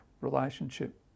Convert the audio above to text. relationship